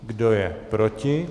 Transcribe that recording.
Kdo je proti?